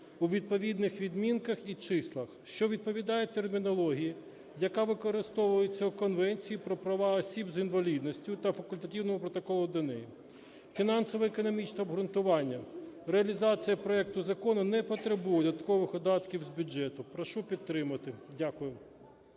у відповідних відмінках і числах, що відповідають термінології, яка використовується в Конвенції про права осіб з інвалідністю та Факультативному протоколу до неї. Фінансово-економічне обґрунтування: реалізація проекту Закону не потребує додаткових видатків з бюджету. Прошу підтримати. Дякую.